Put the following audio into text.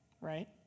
right